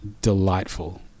delightful